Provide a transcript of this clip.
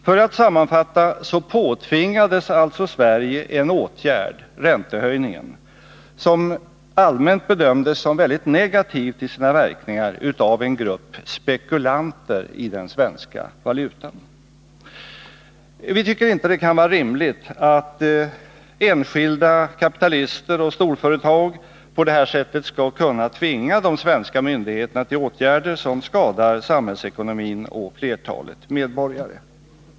För att sammanfatta så påtvingades alltså Sverige en åtgärd — räntehöjningen —, som allmänt bedömdes som väldigt negativ till sina verkningar, av en grupp spekulanter i den svenska valutan. Vi tycker inte att det kan vara rimligt att enskilda kapitalister och storföretag på det här sättet skall tvinga de svenska myndigheterna till åtgärder som skadar samhällsekonomin och flertalet medborgare.